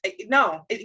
no